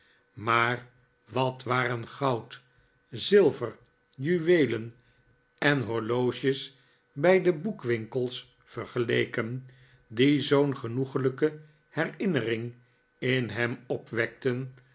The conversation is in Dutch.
maar wat waren goud zilver juweelen en horloges bij de boekwinkels vergeleken die zoo'n genoeglrjke herinnering in hem opwekten